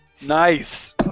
Nice